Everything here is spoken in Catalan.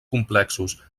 complexos